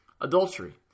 adultery